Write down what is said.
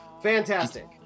Fantastic